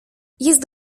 jest